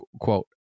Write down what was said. quote